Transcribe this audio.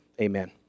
Amen